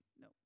no